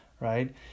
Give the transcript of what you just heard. right